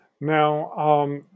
Now